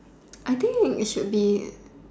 I think it should be